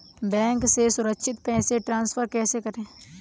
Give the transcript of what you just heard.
Bank से सुरक्षित पैसे ट्रांसफर कैसे करें?